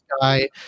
guy